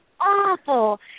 awful